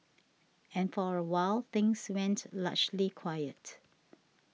and for awhile things went largely quiet